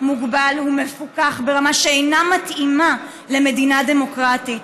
מוגבל ומפוקח ברמה שאינה מתאימה למדינה דמוקרטית.